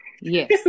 Yes